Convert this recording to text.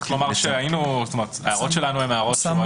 זו בדיוק ההצעה.